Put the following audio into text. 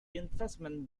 investment